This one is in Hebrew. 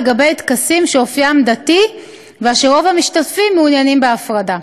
לגבי טקסים שאופיים דתי ואשר רוב המשתתפים מעוניינים בהפרדה.